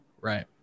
Right